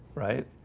right.